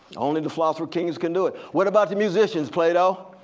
only the philosopher kings can do it. what about the musicians, plato?